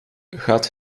gaat